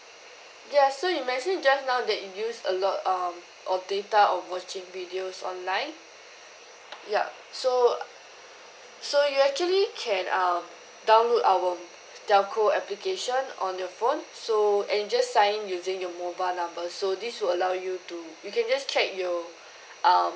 ya so you mentioned just now that you used a lot um of data or watching videos online yup so so you actually can um download our telco application on your phone so and just sign in using your mobile number so this will allow you to you can just check your um